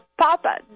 Papa